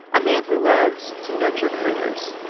a man who loves to nurture critters.